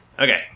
Okay